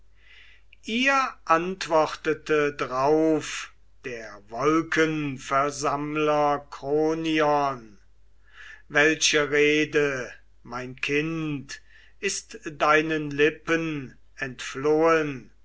ihr antwortete drauf der wolkenversammler kronion welche rede mein kind ist deinen lippen entflohen